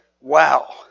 wow